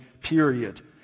period